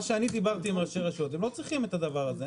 מה שאני דיברתי עם ראשי רשויות הם לא צריכים את הדבר הזה,